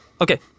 Okay